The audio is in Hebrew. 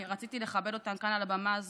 אני רציתי לכבד אותן כאן, על הבמה הזו.